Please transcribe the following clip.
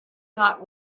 not